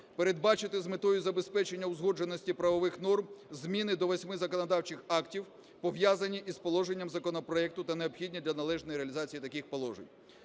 Передбачити з метою забезпечення узгодженості правових норм зміни до восьми законодавчих актів, пов'язані із положенням законопроекту та необхідні для належної реалізації таких положень.